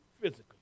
physically